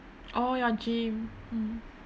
oh your gym mm